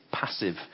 Passive